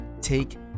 Take